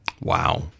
Wow